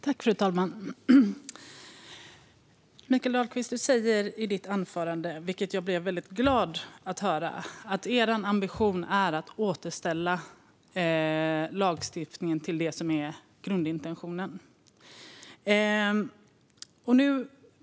Fru talman! Mikael Dahlqvist sa i sitt anförande, vilket jag blev väldigt glad att höra, att ambitionen är att återställa lagstiftningen till det som är grundintentionen.